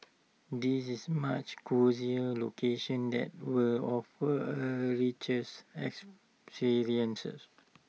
this is much cosier location that will offer A riches experience